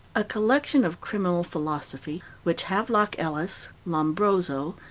a collection of criminal philosophy, which havelock ellis, lombroso,